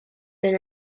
been